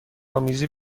آمیزی